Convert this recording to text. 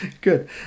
Good